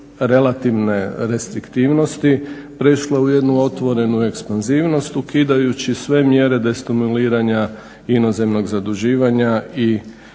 relativne restriktivnosti prešla u jednu otvorenu ekspanzivnost ukidajući sve mjere destimuliranja inozemnog zaduživanja i